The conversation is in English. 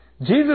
Jesus